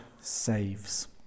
saves